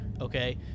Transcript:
Okay